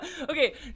Okay